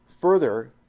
further